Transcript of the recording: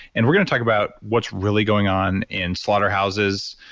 and we're going to talk about what's really going on in slaughterhouses,